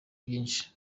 byinshi